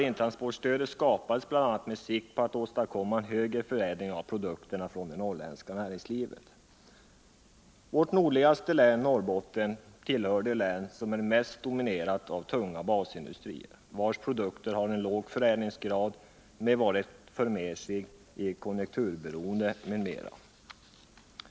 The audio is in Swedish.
intransportstödet skapades bl.a. med sikte på att åstadkomma en högre förädling av produkterna från det norrländska näringslivet. Vårt nordligaste län, Norrbotten, tillhör de län som är mest dominerade av tunga basindustrier, vilkas produkter har en låg förädlingsgrad med vad det för med sig i konjunkturberoende m.m.